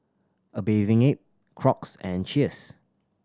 A Bathing Ape Crocs and Cheers